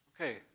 Okay